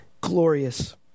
glorious